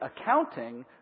accounting